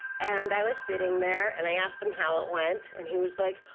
and i was sitting there, and i asked him how it went and he was like,